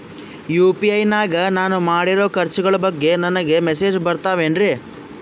UPI ನಾಗ ನಾನು ಮಾಡಿರೋ ಖರ್ಚುಗಳ ಬಗ್ಗೆ ನನಗೆ ಮೆಸೇಜ್ ಬರುತ್ತಾವೇನ್ರಿ?